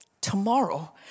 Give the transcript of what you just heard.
tomorrow